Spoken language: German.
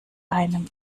einem